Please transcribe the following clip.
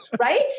right